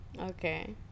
Okay